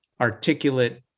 articulate